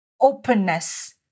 openness